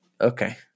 Okay